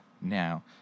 now